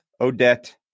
Odette